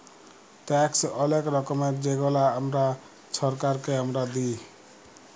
tax অলেক রকমের যেগলা আমরা ছরকারকে আমরা দিঁই